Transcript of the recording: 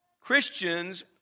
Christians